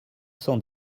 cent